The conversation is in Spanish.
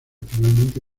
finalmente